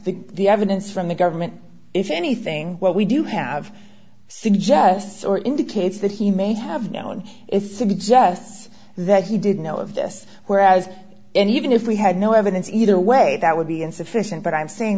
think the evidence from the government if anything what we do have suggests or indicates that he may have known it suggests that he did know of this whereas and even if we had no evidence either way that would be insufficient but i'm saying